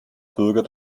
bürger